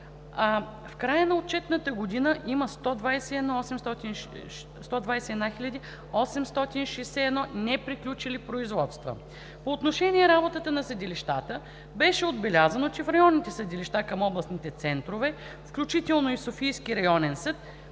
в края на отчетната година има 121 861 неприключили производства. По отношение работата на съдилищата беше отбелязано, че в районните съдилища към областните центрове, включително и в Софийския районен съд,